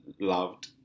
loved